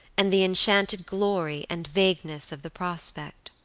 and the enchanted glory and vagueness of the prospect.